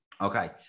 Okay